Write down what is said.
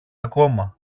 ακόμα